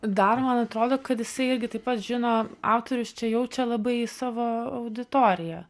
dar man atrodo kad jisai irgi taip pat žino autorius čia jaučia labai savo auditoriją